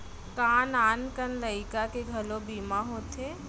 का नान कन लइका के घलो बीमा होथे?